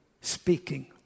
speaking